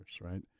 right